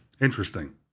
Interesting